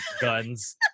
guns